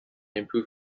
improve